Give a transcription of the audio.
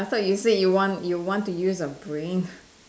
I thought you say you want you want to use a brain